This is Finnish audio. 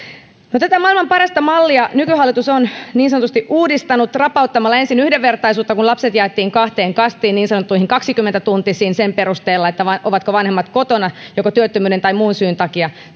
no tätä maailman parasta mallia nykyhallitus on niin sanotusti uudistanut rapauttamalla ensin yhdenvertaisuutta kun lapset jaettiin kahteen kastiin niin sanottuihin kaksikymmentä tuntisiin sen perusteella ovatko vanhemmat kotona joko työttömyyden tai muun syyn takia